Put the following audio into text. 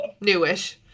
new-ish